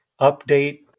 update